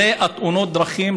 זה רוב תאונות הדרכים,